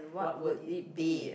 what would it be